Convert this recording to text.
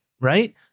right